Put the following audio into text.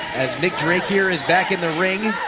as mik drake here is back in the ring